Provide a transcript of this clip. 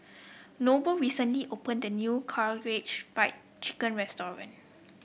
Noble recently opened a new Karaage Fried Chicken